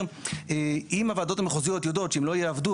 ואם לא הנבתם את זה אני אחוזר על מה שאני התכוונתי,